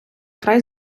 край